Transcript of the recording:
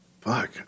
Fuck